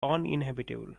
uninhabitable